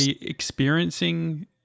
experiencing